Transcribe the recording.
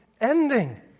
ending